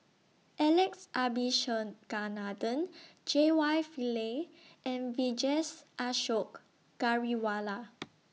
Alex Abisheganaden J Y Pillay and Vijesh Ashok Ghariwala